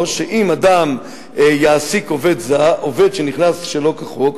שאם אדם יעסיק עובד שנכנס שלא כחוק,